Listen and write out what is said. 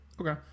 Okay